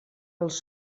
els